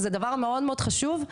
זה מאוד מאוד חשוב,